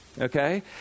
okay